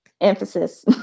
Emphasis